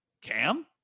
Cam